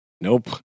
Nope